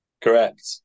Correct